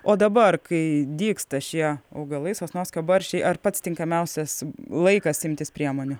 o dabar kai dygsta šie augalai sosnovskio barščiai ar pats tinkamiausias laikas imtis priemonių